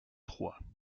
trois